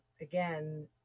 Again